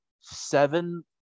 seven